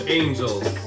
angels